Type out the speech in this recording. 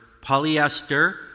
polyester